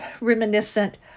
reminiscent